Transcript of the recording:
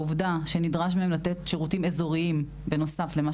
העובדה שנדרש מהן לתת שירותים אזוריים בנוסף למה